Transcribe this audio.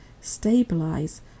stabilize